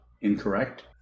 incorrect